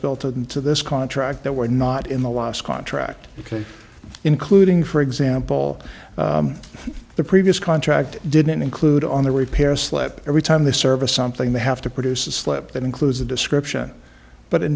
built into this contract that were not in the last contract because including for example the previous contract didn't include on the repair slip every time they service something they have to produce a slip that includes a description but it